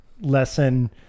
lesson